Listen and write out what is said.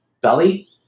belly